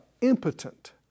impotent